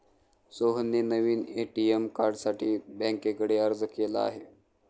सोहनने नवीन ए.टी.एम कार्डसाठी बँकेकडे अर्ज केला आहे